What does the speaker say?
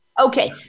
Okay